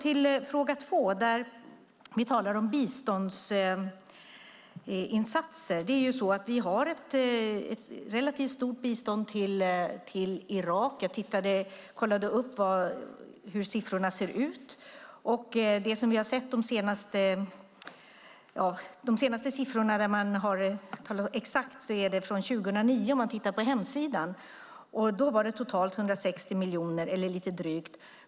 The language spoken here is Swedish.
I fråga 2 talar vi om biståndsinsatser. Vi har ett relativt stort bistånd till Irak. Jag kollade upp hur siffrorna ser ut. De senaste mer exakta siffrorna är från 2009 - de finns på hemsidan - och då var det totalt lite drygt 160 miljoner.